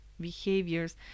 behaviors